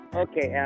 okay